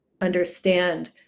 understand